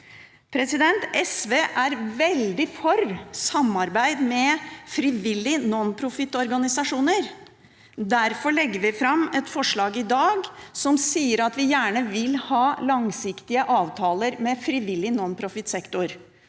velferden. SVer veldig for samarbeid med frivillige nonprofitorganisasjoner. Derfor legger vi fram et forslag i dag som sier at vi gjerne vil ha langsiktige avtaler med frivillig nonprofitsektor.